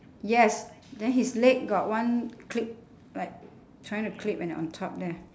yes then his leg got one clip right trying to clip at the one top there